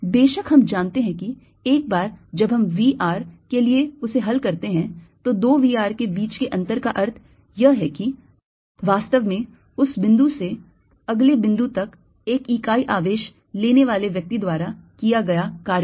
बेशक हम जानते हैं कि एक बार जब हम V r के लिए उसे हल करते हैं तो दो V r के बीच के अंतर का अर्थ यह है कि वास्तव में उस बिंदु से अगले बिंदु तक एक इकाई आवेश लेने वाले व्यक्ति द्वारा किया गया कार्य है